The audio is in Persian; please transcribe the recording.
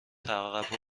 تقبل